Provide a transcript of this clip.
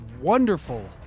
wonderful